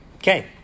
Okay